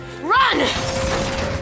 run